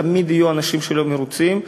תמיד יהיו אנשים לא מרוצים.